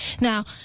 now